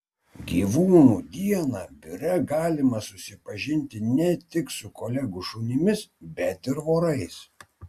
gyvūnų dieną biure galima susipažinti ne tik su kolegų šunimis bet ir vorais